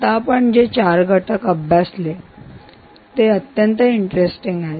आता आपण जे चार घटक अभ्यासले होते ते अत्यंत इंटरेस्टिंग आहेत